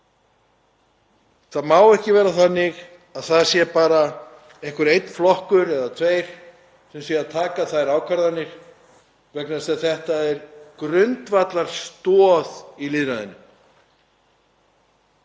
Það má ekki vera þannig að það sé bara einhver einn flokkur eða tveir sem taka þær ákvarðanir vegna þess að þetta er grundvallarstoð í lýðræðinu.